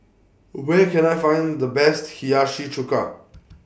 Where Can I Find The Best Hiyashi Chuka